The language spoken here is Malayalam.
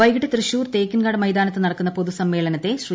വൈകിട്ട് തൃശൂർ തേക്കിൻകാട് മൈതാനത്ത് നടക്കുന്ന പൊതുസമ്മേളനത്തെ ശ്രീ